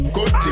Good